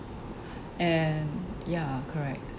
and ya correct